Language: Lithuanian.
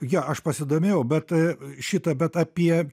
jo aš pasidomėjau bet šita bet apie